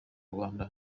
rwanda